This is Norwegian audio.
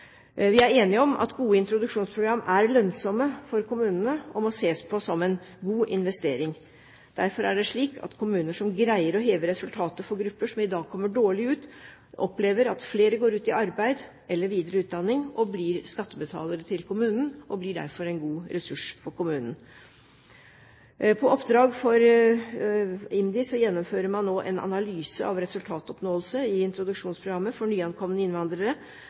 Vi er enige om at gode introduksjonsprogrammer er lønnsomme for kommunene og må ses på som en god investering. Derfor er det slik at kommuner som greier å heve resultatene for grupper som i dag kommer dårlig ut, vil oppleve at flere går ut i arbeid eller videre utdanning og blir skattebetalere til kommunen. De blir derfor en god ressurs for kommunen. På oppdrag for IMDi gjennomfører man nå en analyse av resultatoppnåelse i introduksjonsprogrammet for nyankomne innvandrere.